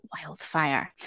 wildfire